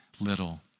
little